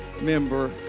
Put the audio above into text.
member